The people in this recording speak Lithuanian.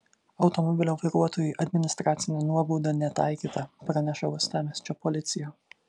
automobilio vairuotojui administracinė nuobauda netaikyta praneša uostamiesčio policija